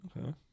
Okay